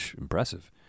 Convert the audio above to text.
impressive